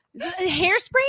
Hairspray